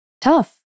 Tough